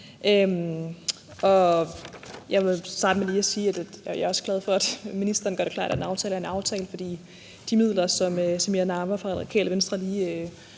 Jeg vil lige starte med at sige, at jeg også er glad for, at ministeren gør det klart, at en aftale er en aftale, for de midler, som Samira Nawa fra Radikale Venstre lige